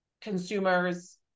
consumers